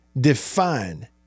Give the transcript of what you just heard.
define